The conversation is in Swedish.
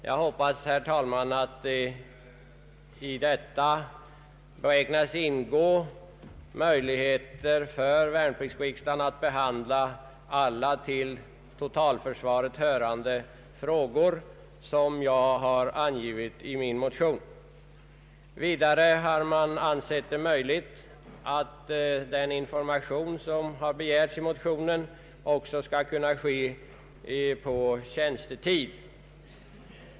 Jag hoppas, herr talman, att i detta ingår möjligheter för värnpliktsriksdagen att behandla alla de till totalförsvaret hörande frågor som jag har angivit i min motion. Vidare anges i bestämmelserna att informationen om =:värnpliktsriksdagen delges de värnpliktiga på tjänstetid.